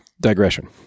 digression